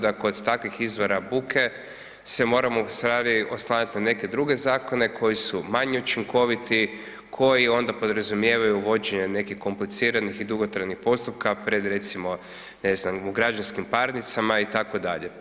da kod takvih izvora buke se moramo u stvari oslanjati na neke druge zakone koji su manje učinkoviti, koji onda podrazumijevaju vođenje nekih kompliciranih i dugotrajnih postupaka pred recimo u građevinskim parnicama itd.